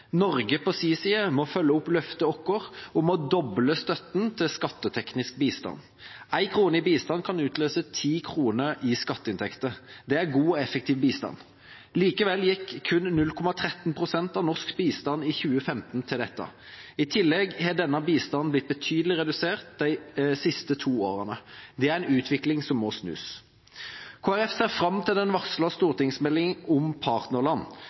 Norge må på sin side følge opp våre løfter om å doble støtten til skatteteknisk bistand. Én krone i bistand kan utløse ti kroner i skatteinntekter. Det er god og effektiv bistand. Likevel gikk kun 0,13 pst. av norsk bistand i 2015 til dette. I tillegg har denne bistanden blitt betydelig redusert de siste to årene. Det er en utvikling som må snus. Kristelig Folkeparti ser fram til den varslede stortingsmeldinga om partnerland.